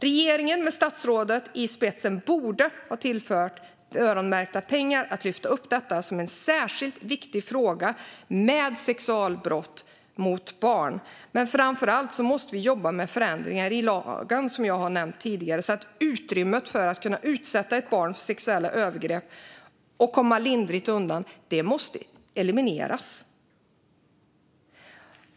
Regeringen med statsrådet i spetsen borde ha tillfört öronmärkta pengar för att lyfta fram sexualbrott mot barn som en särskilt viktig fråga. Men framför allt måste vi jobba med förändringar i lagen, som jag har nämnt tidigare. Utrymmet för att kunna utsätta ett barn för sexuella övergrepp och komma lindrigt undan måste elimineras.